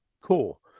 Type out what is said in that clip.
Cool